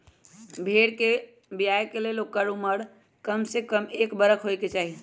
भेड़ कें बियाय के लेल ओकर उमर कमसे कम एक बरख होयके चाही